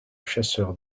chasseur